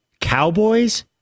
Cowboys